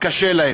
קשה להם.